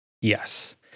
Yes